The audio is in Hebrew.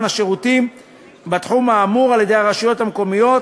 השירותים בתחום האמור על-ידי הרשויות המקומיות,